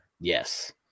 Yes